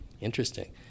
interesting